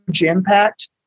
impact